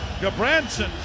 gabranson